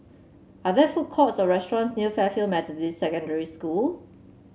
are there food courts or restaurants near Fairfield Methodist Secondary School